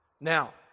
Now